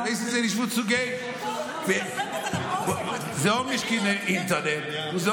ביידיש.) נכון, טלי?